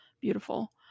beautiful